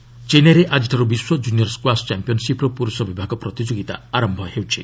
squash ଚେନ୍ନାଇରେ ଆଜିଠାରୁ ବିଶ୍ୱ କୁନିୟର୍ ସ୍କ୍ରାସ୍ ଚମ୍ପିୟନ୍ସିପ୍ର ପୁରୁଷ ବିଭାଗ ପ୍ରତିଯୋଗିତା ଆରମ୍ଭ ହେଉଛି